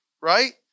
right